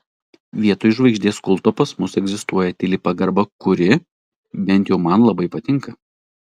vietoj žvaigždės kulto pas mus egzistuoja tyli pagarba kuri bent jau man labai patinka